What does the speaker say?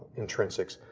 intrinsics,